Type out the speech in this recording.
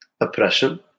oppression